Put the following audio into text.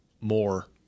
more